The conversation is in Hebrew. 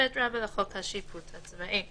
הרפואה בצה"ל